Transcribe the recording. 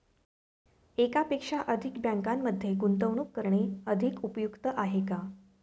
एकापेक्षा अधिक बँकांमध्ये गुंतवणूक करणे अधिक उपयुक्त आहे का?